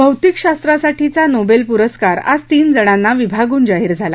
भौतिकशास्त्रासाठीचा Nobel प्रस्कार आज तीन जणांना विभागृन जाहीर झाला